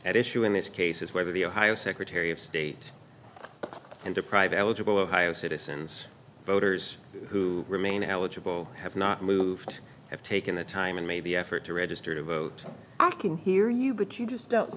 at issue in this case is whether the ohio secretary of state and deprive eligible ohio citizens voters who remain eligible have not moved have taken the time and made the effort to register to vote i can hear you but you just don't